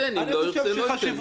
לא ירצה לא ייתן.